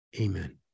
Amen